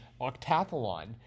octathlon